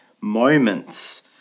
moments